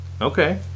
okay